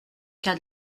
cas